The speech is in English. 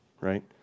right